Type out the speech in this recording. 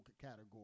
category